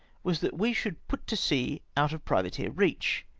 was that we should put to sea out of privateer reach.